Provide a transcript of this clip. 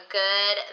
good